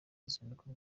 ruzinduko